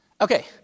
Okay